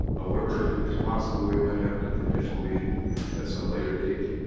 however it is possible we might have an informational meeting at some later date.